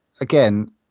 again